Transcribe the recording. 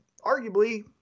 arguably